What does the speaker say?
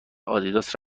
آدیداس